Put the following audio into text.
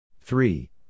three